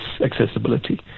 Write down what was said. accessibility